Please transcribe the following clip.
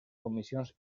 comissions